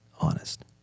honest